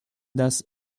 das